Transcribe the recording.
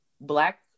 black